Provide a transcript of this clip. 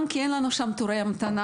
גם כי אין לנו שם תורי המתנה,